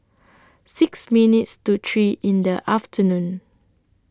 six minutes to three in The afternoon